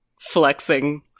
flexing